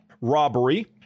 Robbery